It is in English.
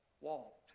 walked